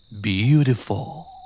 Beautiful